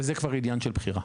וזה כבר עניין של בחירה.